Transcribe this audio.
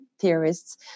theorists